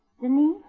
Denise